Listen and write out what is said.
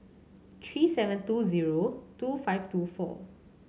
three seven two zero two five two four